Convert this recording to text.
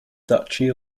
duchy